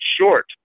short